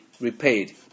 repaid